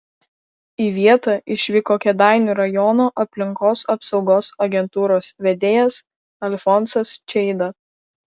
į vietą išvyko kėdainių rajono aplinkos apsaugos agentūros vedėjas alfonsas čeida